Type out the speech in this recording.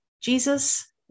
Jesus